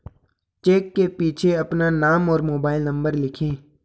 check के पीछे अपना नाम और मोबाइल नंबर लिखें